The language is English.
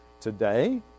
today